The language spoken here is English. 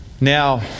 Now